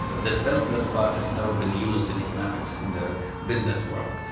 the selfless part has never been used in economics, in the business world.